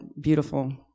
beautiful